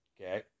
Okay